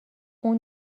اون